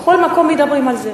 בכל מקום מדברים על זה.